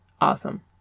awesome